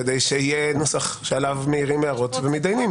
כדי שיהיה נוסח שעליו מעירים הערות ומתדיינים.